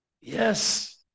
Yes